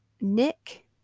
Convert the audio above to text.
Nick